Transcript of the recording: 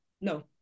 no